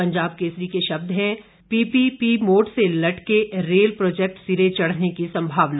पंजाब केसरी के शब्द हैं पीपीपी मोड से लटके रेल प्रोजेक्ट सिरे चढ़ने की संभावना